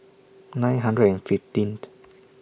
nine hundred and fifteenth